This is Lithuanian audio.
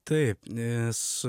taip nes